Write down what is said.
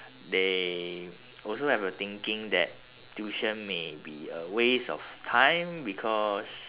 they also have a thinking that tuition may be a waste of time because